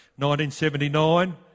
1979